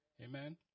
Amen